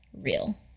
real